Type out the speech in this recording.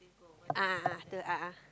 a'ah a'ah the a'ah